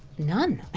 none,